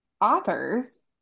authors